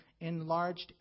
enlarged